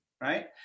right